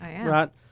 right